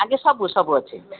ଆଜ୍ଞା ସବୁ ସବୁ ଅଛି